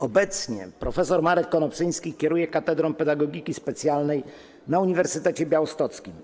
Obecnie prof. Marek Konopczyński kieruje katedrą pedagogiki specjalnej na uniwersytecie białostockim.